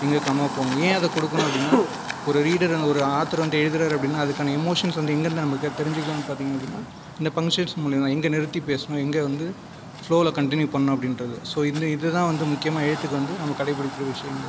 எங்கே கமா போடணும் ஏன் அதை கொடுக்கணும் அப்படினா ஒரு ரீடர் வந்து ஒரு ஆத்தர் வந்து எழுதுகிறாரு அப்படினா அதுக்கான எமோஷன்ஸ் வந்து எங்கிருந்து நமக்கு வந்து தெரிஞ்சுக்கலாம்னு பார்த்தீங்க அப்படினா இந்த பஞ்ச்சுவேஷன் முலிமா எங்கே நிறுத்தி பேசணும் எங்கே வந்து ஃப்ளோவில் கன்டினியூ பண்ணணும் அப்படின்றது ஸோ இந்த இது தான் வந்து முக்கியமாக எழுத்துக்கு வந்து நம்ம கடைபிடிக்கிற விஷயங்கள்